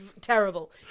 terrible